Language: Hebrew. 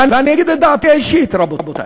ואני אגיד את דעתי האישית, רבותי.